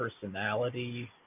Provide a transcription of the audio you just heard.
personality